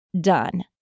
done